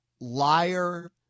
liar